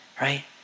Right